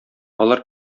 алар